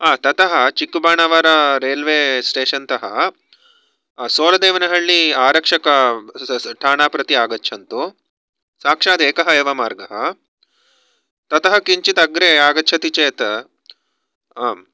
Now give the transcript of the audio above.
आं ततः चिक्कबाणवरारेल्वेस्टेशन्तः सोनदेवनहल्ली आरक्षकथाना प्रति आगच्छन्तु साक्षात् एकः एव मार्गः ततः किञ्चित् अग्रे आगच्छति चेत् आम्